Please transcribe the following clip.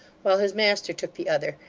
while his master took the other,